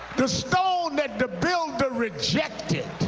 the stone that the builder rejected.